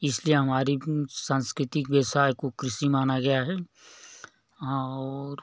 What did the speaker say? इसलिए हमारी सांस्कृतिक व्यवसाय को कृषि माना गया है और